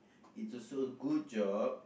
it's also good job